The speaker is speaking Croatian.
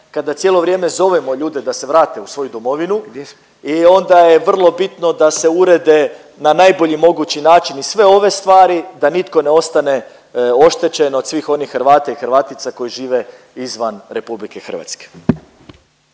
kada cijelo vrijeme zovemo ljude da se vrate u svoju domovinu i onda je vrlo bitno da se urede na najbolji mogući način i sve ove stvari da nitko ne ostane oštećen od svih onih Hrvata i Hrvatica koji žive izvan RH.